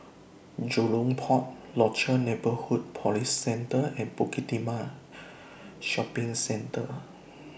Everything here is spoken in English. Jurong Port Rochor Neighborhood Police Centre and Bukit Timah Shopping Centre